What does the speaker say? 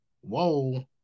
whoa